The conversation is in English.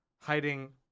hiding